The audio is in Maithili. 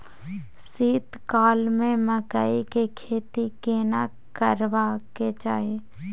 शीत काल में मकई के खेती केना करबा के चाही?